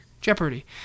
Jeopardy